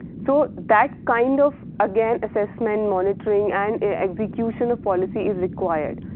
so, that kind of again assessment, monitoring and execution of policy is required.